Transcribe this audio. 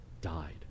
died